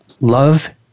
love